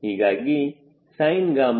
ಹೀಗಾಗಿ 𝑠𝑖𝑛𝛾 0